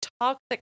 toxic